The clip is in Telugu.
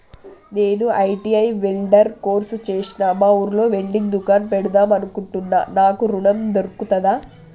నేను ఐ.టి.ఐ వెల్డర్ కోర్సు చేశ్న మా ఊర్లో వెల్డింగ్ దుకాన్ పెడదాం అనుకుంటున్నా నాకు ఋణం దొర్కుతదా?